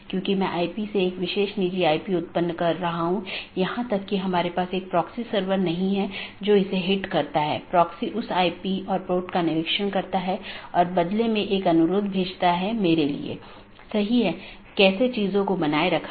दो जोड़े के बीच टीसीपी सत्र की स्थापना करते समय BGP सत्र की स्थापना से पहले डिवाइस पुष्टि करता है कि BGP डिवाइस रूटिंग की जानकारी प्रत्येक सहकर्मी में उपलब्ध है या नहीं